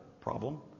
problem